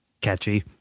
catchy